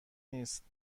نیست